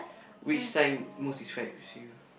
which sign most describes you